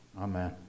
Amen